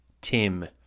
Tim